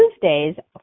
Tuesdays